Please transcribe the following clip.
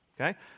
Okay